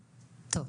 --- טוב,